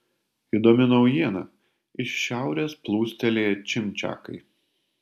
įdomi naujiena iš šiaurės plūstelėję čimčiakai